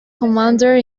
commander